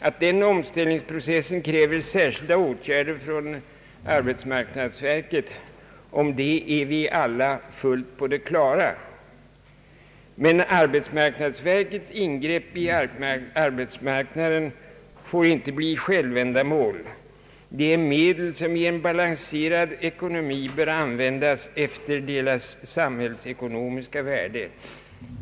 Att den processen kräver särskilda åtgärder från arbetsmarknadsverket är vi alla fullt på det klara med, men arbetsmarknadsverkets ingrepp i arbetsmarknaden får inte bli självändamål. De är medel som i en balanserad ekonomi bör användas efter deras samhällsekonomiska värde.